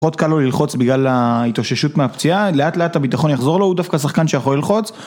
פחות קל לו ללחוץ בגלל ההתאוששות מהפציעה, לאט לאט הביטחון יחזור לו, הוא דווקא שחקן שיכול ללחוץ